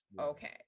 Okay